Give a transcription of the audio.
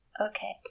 okay